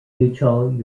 utah